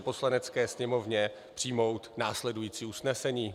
Poslanecké sněmovně přijmout následující usnesení: